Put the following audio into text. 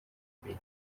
mbere